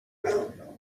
lower